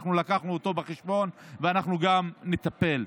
אנחנו לקחנו אותו בחשבון ואנחנו גם נטפל.